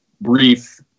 brief